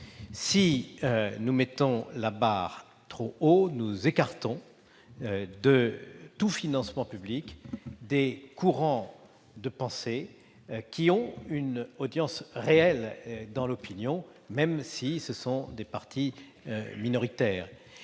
Si nous plaçons la barre trop haut, nous écartons de tout financement public des courants de pensée qui ont une audience réelle dans l'opinion, même si ce sont des partis minoritaires.